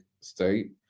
state